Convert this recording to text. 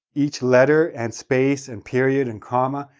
each letter and space and period and comma,